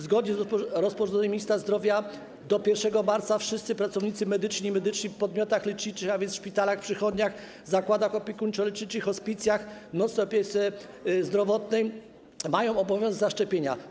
Zgodnie z rozporządzeniem ministra zdrowia do 1 marca wszyscy pracownicy medyczni i pracownicy w podmiotach leczniczych, a więc w szpitalach, przychodniach, zakładach opiekuńczo-leczniczych, hospicjach, nocnej opiece zdrowotnej, mają obowiązek zaszczepienia się.